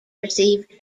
receive